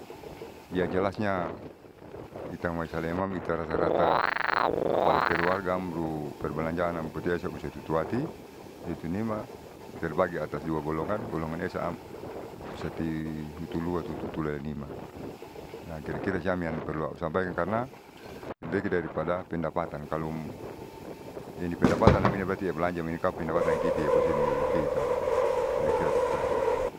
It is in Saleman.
Yang jelasnya itamai saleman ita rasarasa kapa keluaru perbelajaanam putiesa usatutuati tutunima terbaik di atas dua golongan, golongan esa am serihutlua hutulua tu tuelenima nah kira kira siam yang perlu au sampaikan karna lebih dari pendapatan kalu ini pendapatan naminam berati iabelanja minum kopi punehiki'itan kira kira tapasiam.